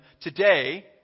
today